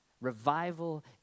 revival